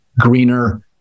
greener